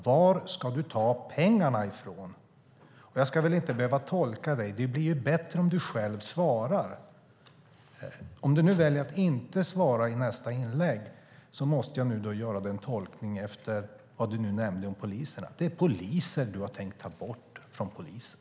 Var ska du ta pengarna ifrån? Jag ska väl inte behöva tolka dig. Det blir ju bättre om du själv svarar. Om du nu väljer att inte svara i nästa inlägg måste jag göra en tolkning utifrån det du nämnde om poliserna. Det är poliser du har tänkt ta bort från polisen.